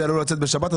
זה עלול לצאת בשבת,